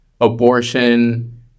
abortion